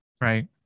right